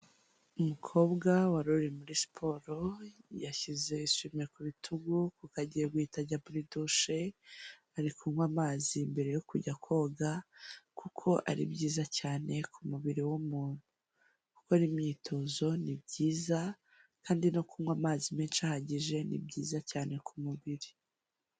Umukobwa wari uri muri siporo yashyize isume ku bitugu, kuko agiye guhita ajya muri dushe, ari kunywa amazi mbere yo kujya koga kuko ari byiza cyane mu mubiri w'umuntu. Gukora imyitozo ni byiza kandi no kunywa amazi menshi ahagije ni byiza cyane ku mubiri.